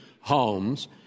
homes